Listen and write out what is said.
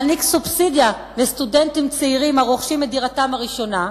להעניק סובסידיה לסטודנטים צעירים הרוכשים את דירתם הראשונה,